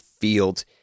field